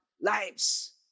lives